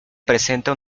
presenta